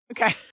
Okay